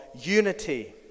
unity